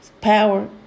power